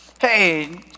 Hey